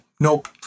Nope